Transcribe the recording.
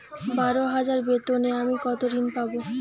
বারো হাজার বেতনে আমি কত ঋন পাব?